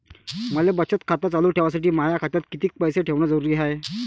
मले बचत खातं चालू ठेवासाठी माया खात्यात कितीक पैसे ठेवण जरुरीच हाय?